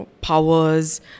powers